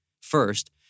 First